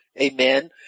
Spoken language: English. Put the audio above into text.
Amen